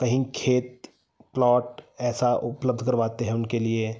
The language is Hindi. कहीं खेत प्लॉट ऐसा उपलब्ध करवाते हैं उनके लिए